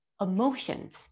emotions